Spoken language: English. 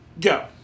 Go